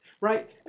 Right